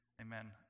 Amen